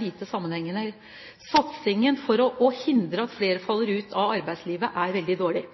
lite sammenhengende. Satsingen for å hindre at flere faller ut av arbeidslivet, er veldig dårlig.